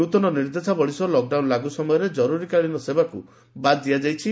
ନୂତନ ନିର୍ଦ୍ଦେଶାବଳୀ ସହ ଲକଡାଉନ ଲାଗୁ ସମୟରେ ଜରୁରୀକାଳୀନ ସେବାକୁ ବାଦ ଦିଆଯାଇଛି